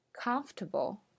comfortable